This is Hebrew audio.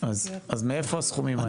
אז מאיפה הסכומים האלה?